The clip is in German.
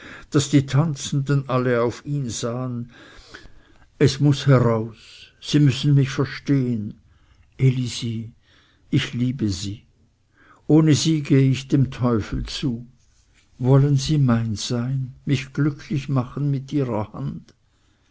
daß die tanzenden alle auf ihn sahen es muß heraus sie müssen mich verstehen elise ich liebe sie ohne sie gehe ich dem teufel zu wollen sie mein sein mich glücklich machen mit ihrer hand